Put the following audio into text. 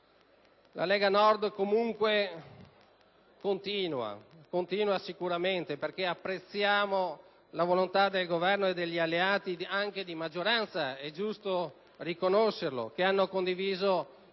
La Lega Nord, comunque, continua sicuramente perché apprezziamo la volontà del Governo e degli alleati anche di maggioranza - è giusto riconoscerlo - che hanno condiviso i